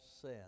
sin